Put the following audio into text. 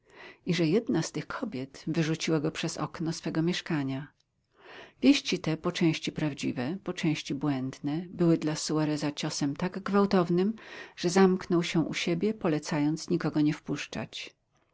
i że jedna z tych kobiet wyrzuciła go przez okno swego mieszkania wieści te po części prawdziwe po części błędne były dla suareza ciosem tak gwałtownym że zamknął się u siebie polecając nikogo nie wpuszczać